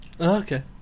Okay